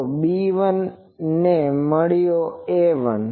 તો B1 મને મળ્યો A1